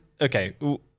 Okay